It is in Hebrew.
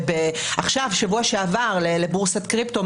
בשבוע שעבר היא נתנה לבורסת קריפטו,